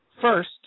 first